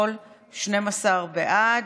בסך הכול 12 בעד.